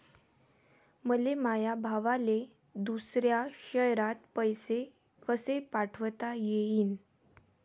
मले माया भावाले दुसऱ्या शयरात पैसे कसे पाठवता येईन?